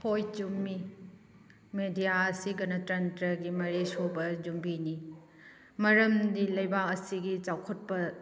ꯍꯣꯏ ꯆꯨꯝꯃꯤ ꯃꯦꯗꯤꯌꯥ ꯑꯁꯤ ꯒꯅꯇ꯭ꯔꯟꯇꯥꯒꯤ ꯃꯔꯤꯁꯨꯕ ꯌꯨꯝꯕꯤꯅꯤ ꯃꯔꯝꯗꯤ ꯂꯩꯕꯥꯛ ꯑꯁꯤꯒꯤ ꯆꯥꯎꯈꯠꯄ